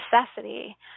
necessity